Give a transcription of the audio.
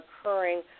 occurring